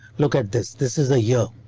look at this. this is the year.